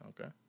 okay